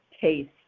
taste